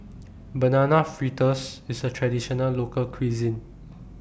Banana Fritters IS A Traditional Local Cuisine